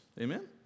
Amen